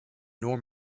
nor